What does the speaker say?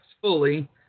fully